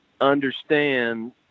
understand